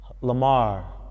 Lamar